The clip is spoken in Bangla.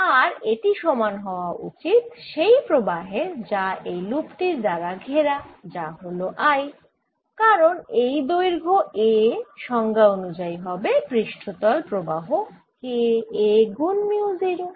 আর এটি সমান হওয়া উচিত সেই প্রবাহের যা এই লুপ টির দ্বারা ঘেরা যা হল I কারণ এই দৈর্ঘ্য a সংজ্ঞা অনুযায়ী হবে পৃষ্ঠতল প্রবাহ K a গুন মিউ 0